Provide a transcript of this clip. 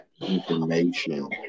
information